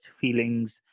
feelings